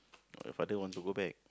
why your father want to go back